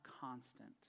constant